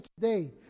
today